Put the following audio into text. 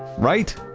right?